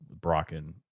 Brocken